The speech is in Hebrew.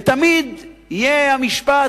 ותמיד יהיה המשפט,